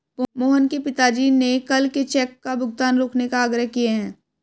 मोहन के पिताजी ने कल के चेक का भुगतान रोकने का आग्रह किए हैं